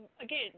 again